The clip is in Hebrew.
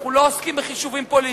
אנחנו לא עוסקים בחישובים פוליטיים.